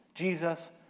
Jesus